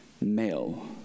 male